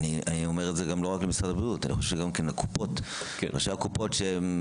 אני חושב שגם נציגי הקופות חייבים בכך,